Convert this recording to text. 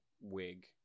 wig